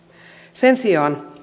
sen sijaan